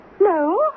No